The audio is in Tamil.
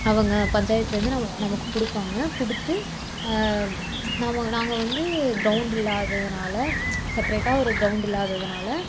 அவங்க பஞ்சாயத்துலேருந்து நம்ம நமக்கு கொடுப்பாங்க கொடுத்து நம்ம நாங்கள் வந்து கிரௌண்டு இல்லாததனால செப்ரேட்டாக ஒரு கிரௌண்டு இல்லாததனால